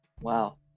Wow